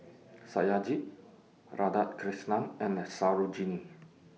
Satyajit Radhakrishnan and Sarojini